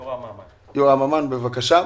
בבקשה.